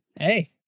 Hey